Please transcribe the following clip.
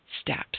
steps